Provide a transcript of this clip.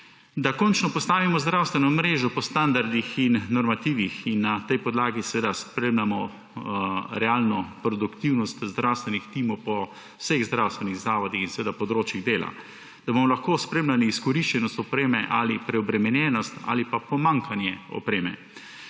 Da končno postavimo zdravstveno mrežo po standardih in normativih in na tej podlagi seveda spremljamo realno produktivnost zdravstvenih timov po vseh zdravstvenih zavodih in seveda področjih dela. Da bomo lahko spremljali izkoriščenost opreme, ali preobremenjenost, ali pa pomanjkanje opreme.